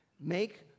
Make